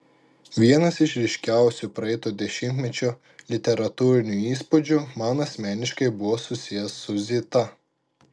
vienas iš ryškiausių praeito dešimtmečio literatūrinių įspūdžių man asmeniškai buvo susijęs su zita